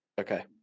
okay